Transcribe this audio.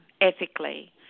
ethically